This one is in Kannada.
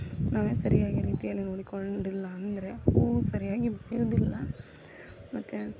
ನಾವೇ ಸರಿಯಾಗಿ ರೀತಿಯಲ್ಲಿ ನೋಡಿಕೊಂಡಿಲ್ಲ ಅಂದರೆ ಹೂವು ಸರಿಯಾಗಿ ಬೆಳೆಯುವುದಿಲ್ಲ ಮತ್ತು